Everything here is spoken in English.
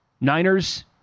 Niners